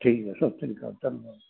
ਠੀਕ ਹੈ ਸਤਿ ਸ਼੍ਰੀ ਅਕਾਲ ਧੰਨਵਾਦ